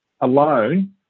alone